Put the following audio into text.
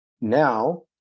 Now